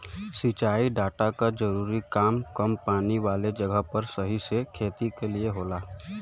सिंचाई डाटा क जरूरी काम कम पानी वाले जगह पर सही से खेती क लिए होला